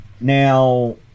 Now